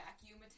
vacuum